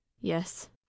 Yes